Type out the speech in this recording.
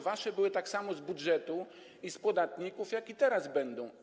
Wasze były tak samo z budżetu i od podatników, tak jak i teraz będą.